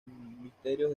misterios